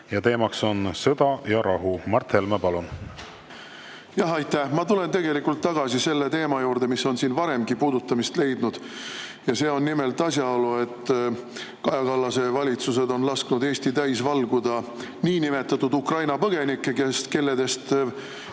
ja teemaks on sõda ja rahu. Mart Helme, palun! Aitäh! Ma tulen tegelikult tagasi selle teema juurde, mis on siin varemgi puudutamist leidnud. See on nimelt asjaolu, et Kaja Kallase valitsused on lasknud Eesti täis valguda niinimetatud Ukraina põgenikke, kellest